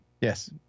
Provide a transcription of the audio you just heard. Yes